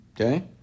Okay